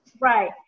Right